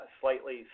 slightly